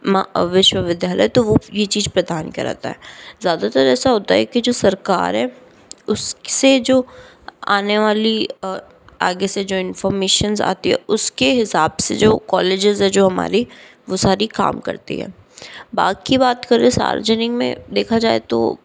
माँ विश्वविद्यालय तो वो ये चीज़ प्रदान कराता है ज़्यादातर ऐसा होता है कि जो सरकार है उससे जो आने वाली आगे से जो इनफार्मेशन्स आती हैं उसके हिसाब से जो कॉलेजस है जो हमारी वो सारी काम करती हैं बाकी बात करें सार्वजनिक में देखा जाए तो